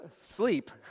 sleep